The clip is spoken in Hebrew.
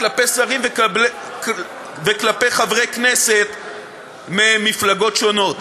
כלפי שרים וכלפי חברי כנסת ממפלגות שונות.